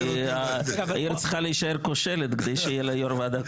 כי העיר צריכה להישאר כושלת כדי שיהיה לה יו"ר ועדה קרואה.